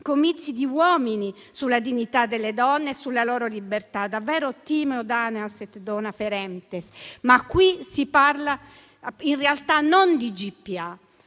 comizi di uomini sulla dignità delle donne e sulla loro libertà. Davvero *timeo danaos et dona ferentes.* Ma qui si parla, in realtà, non di GPA;